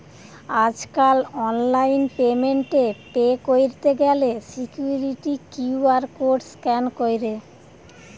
আজকাল online payment এ pay কইরতে গ্যালে সিকুইরিটি কিউ.আর কোড স্ক্যান কইরে